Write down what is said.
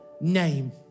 Name